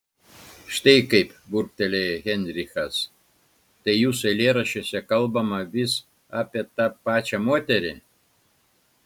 štai kaip burbtelėjo heinrichas tai jūsų eilėraščiuose kalbama vis apie tą pačią moterį